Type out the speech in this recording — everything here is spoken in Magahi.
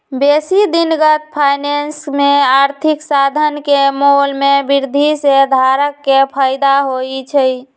बेशी दिनगत फाइनेंस में आर्थिक साधन के मोल में वृद्धि से धारक के फयदा होइ छइ